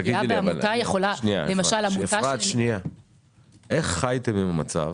איך חייתם עם מצב